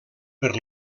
per